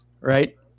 right